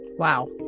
wow